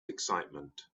excitement